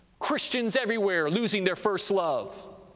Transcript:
christians everywhere losing their first love,